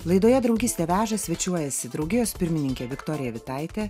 laidoje draugystė veža svečiuojasi draugijos pirmininkė viktorija vitaitė